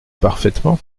parfaitement